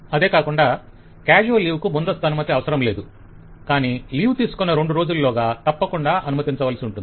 అదే కాకుండా casual leave కు ముందస్తు అనుమతి అవసరం లేదు కాని లీవ్ తీసుకున్న రెండు రోజుల్లోగా తప్పకుండా అనుమతించవలసి ఉంటుంది